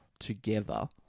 together